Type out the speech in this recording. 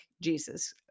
Jesus